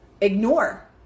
ignore